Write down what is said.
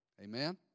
Amen